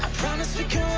promise we can